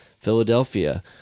Philadelphia